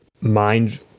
mind